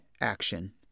action